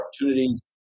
opportunities